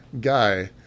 guy